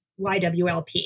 YWLP